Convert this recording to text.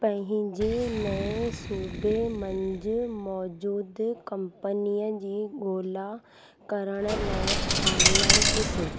पंहिंजे नए सूबे मंझि मौजूद कंपनीअ जी ॻोल्हा करण लाइ ऑनलाइन ॾिसो